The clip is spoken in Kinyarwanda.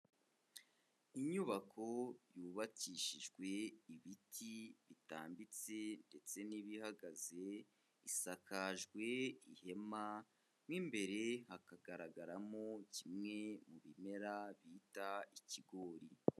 Inyubako yubakishijwe ibiti bitambitse ndetse n'ibihagaze, isakajwe ihema, mo imbere hakagaragaramo kimwe mu bimera bita ikigori.